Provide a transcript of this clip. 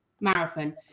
marathon